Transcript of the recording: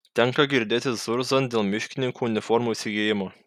tenka girdėti zurzant dėl miškininkų uniformų įsigijimo